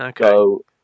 Okay